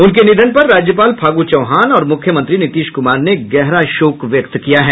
उनके निधन पर राज्यपाल फागू चौहान और मुख्यमंत्री नीतीश कुमार ने गहरा शोक व्यक्त किया है